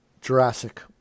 Jurassic